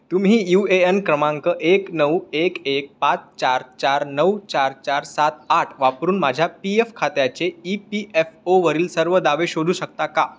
तुम्ही U A N क्रमांक एक नऊ एक एक पाच चार चार नऊ चार चार सात आठ वापरून माझ्या पी एफ खात्याचे ई पी एफ ओवरील सर्व दावे शोधू शकता का